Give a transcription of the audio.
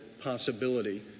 possibility